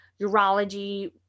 urology